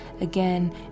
again